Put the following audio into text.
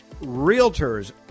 realtors